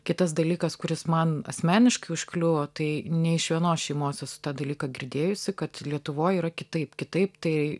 kitas dalykas kuris man asmeniškai užkliuvo tai ne iš vienos šeimos esu tą dalyką girdėjusi kad lietuvoj yra kitaip kitaip tai